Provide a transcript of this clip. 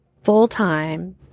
full-time